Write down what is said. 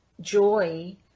joy